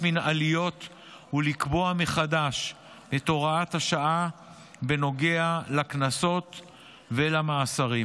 מינהליות ולקבוע מחדש את הוראת השעה בנוגע לקנסות ולמאסרים.